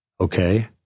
okay